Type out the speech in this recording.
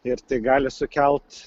ir tai gali sukelt